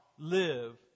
live